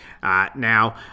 Now